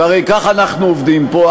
והרי כך אנחנו עובדים פה,